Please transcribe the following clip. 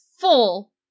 full